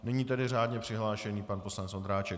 Nyní tedy řádně přihlášený pan poslanec Ondráček.